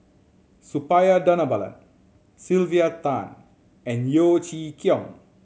Suppiah Dhanabalan Sylvia Tan and Yeo Chee Kiong